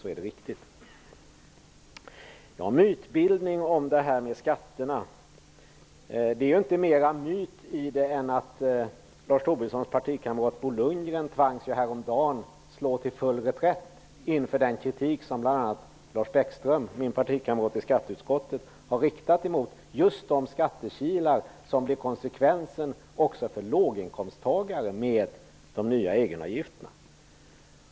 Vad gäller frågan om en mytbildning om skatterna vill jag säga att det inte är mera myt i detta än att Lars Tobissons partikamrat Bo Lundgren häromdagen tvangs slå till full reträtt inför den kritik som bl.a. Lars Bäckström, min partikamrat i skatteutskottet, har riktat just mot de skattekilar som blir konsekvensen också för låginkomsttagare med de nya egenavgifterna.